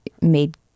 made